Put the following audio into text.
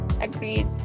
Agreed